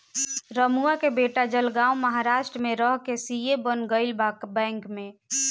रमुआ के बेटा जलगांव महाराष्ट्र में रह के सी.ए बन गईल बा बैंक में